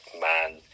man